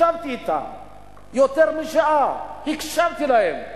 ישבתי אתם יותר משעה, הקשבתי להם.